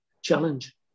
challenge